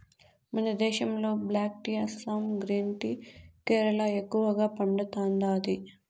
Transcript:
మన దేశంలో black tea Assam green tea Kerala ఎక్కువగా పండతాండాది